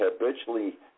habitually